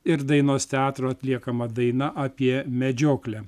ir dainos teatro atliekama daina apie medžioklę